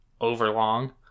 overlong